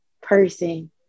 person